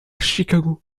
chicago